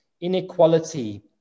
inequality